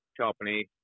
company